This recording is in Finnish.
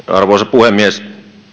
puhemies